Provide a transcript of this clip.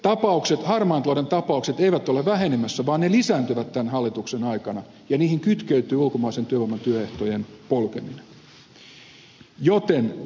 harmaan talouden tapaukset eivät ole vähenemässä vaan ne lisääntyvät tämän hallituksen aikana ja niihin kytkeytyy ulkomaisen työvoiman työehtojen polkeminen joten kysyn